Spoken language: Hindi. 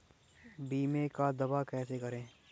बीमे का दावा कैसे करें?